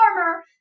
armor